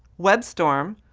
webstorm,